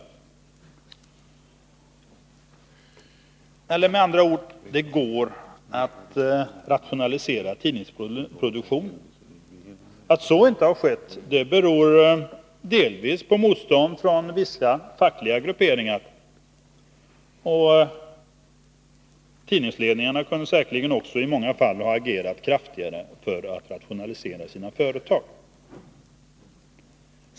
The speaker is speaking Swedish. Det går med andra ord att rationalisera tidningsproduktionen. Att så inte har skett beror delvis på motstånd från vissa fackliga grupperingar. Tidningsledningarna kunde säkerligen också i många fall ha agerat kraftigare för att rationalisera sina företag.